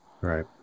Right